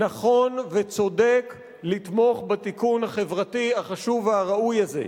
נכון וצודק לתמוך בתיקון החברתי החשוב והראוי הזה.